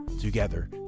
Together